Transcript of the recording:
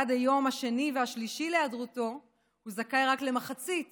בעד היום השני והשלישי להיעדרותו הוא זכאי רק למחצית